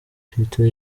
twitter